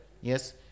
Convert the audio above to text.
Yes